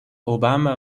obama